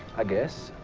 i guess.